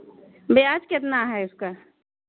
ब्याज़ कितना है उसका